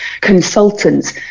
consultants